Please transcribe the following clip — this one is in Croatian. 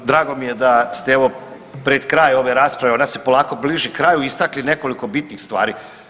Je, drago mi je da ste evo pred kraj ove rasprave, ona se polako bliži kraju istakli nekoliko bitnih stvari.